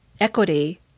equity